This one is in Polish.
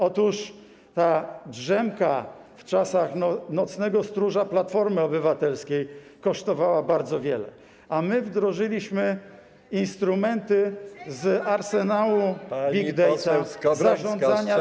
Otóż ta drzemka w czasach nocnego stróża Platformy Obywatelskiej kosztowała bardzo wiele, a my wdrożyliśmy instrumenty z arsenału big data, zarządzania danymi.